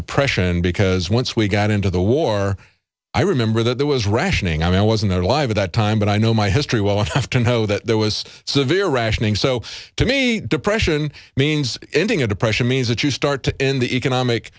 depression because once we got into the war i remember that there was rationing i mean i wasn't alive at that time but i know my history well enough to know that there was severe rationing so to me depression means ending a depression means that you start to end the economic